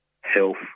health